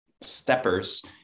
steppers